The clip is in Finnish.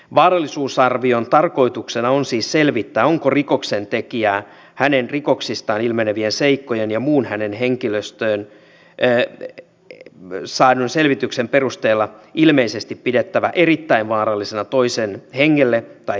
vaarallisuusarvion tarkoituksena on siis selvittää onko rikoksentekijää hänen rikoksistaan ilmenevien seikkojen ja muun hänen henkilöstään saadun selvityksen perusteella ilmeisesti pidettävä erittäin vaarallisena toisen hengelle tai terveydelle